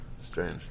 strange